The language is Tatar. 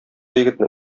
егетне